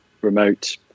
remote